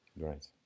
Right